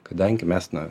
kadangi mes na